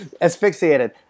asphyxiated